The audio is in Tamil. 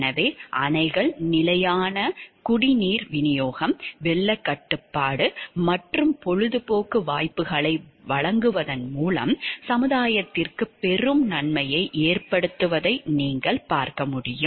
எனவே அணைகள் நிலையான குடிநீர் விநியோகம் வெள்ளக் கட்டுப்பாடு மற்றும் பொழுதுபோக்கு வாய்ப்புகளை வழங்குவதன் மூலம் சமுதாயத்திற்கு பெரும் நன்மையை ஏற்படுத்துவதை நீங்கள் பார்க்க முடியும்